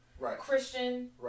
Christian